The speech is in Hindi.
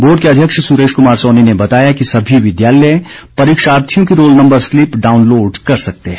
बोर्ड के अध्यक्ष सुरेश कुमार सोनी ने बताया कि सभी विद्यालय परीक्षार्थियों की रोल नम्बर स्लीप डाउनलोड कर सकते हैं